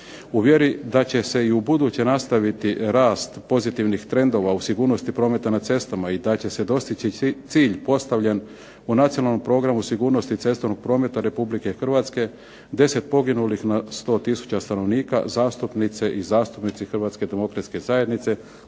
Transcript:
U vjeri da će se i u buduće nastaviti rast pozitivnih trendova u sigurnosti prometa na cestama i da će se dostići cilj postavljen u Nacionalnom programu sigurnosti cestovnog prometa Republike Hrvatske 10 poginulih na 100000 zastupnika zastupnice i zastupnici Hrvatske demokratske zajednice